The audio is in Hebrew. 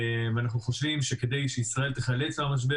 אנחנו חושבים שכדי שישראל תיחלץ מהמשבר